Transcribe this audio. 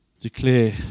declare